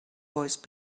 voice